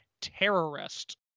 terrorist